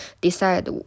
decide